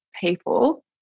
people